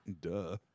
Duh